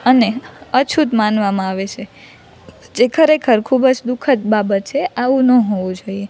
અને અછૂત માનવામાં આવે છે જે ખરેખર ખૂબ જ દુઃખદ બાબત છે આવું ન હોવું જોઈએ